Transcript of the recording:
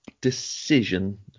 decision